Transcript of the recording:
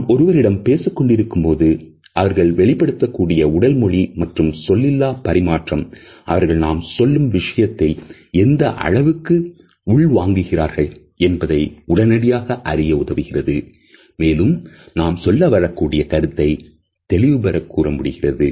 நாம் ஒருவரிடம் பேசிக்கொண்டிருக்கும்போது அவர்கள் வெளிப்படுத்தக்கூடிய உடல் மொழி மற்றும் சொல்லிலா பறிமாற்றம் அவர்கள் நாம் சொல்லும் விஷயத்தை எந்த அளவுக்கு உள் வாங்குகிறார்கள் என்பதை உடனடியாக அறிய உதவுகிறது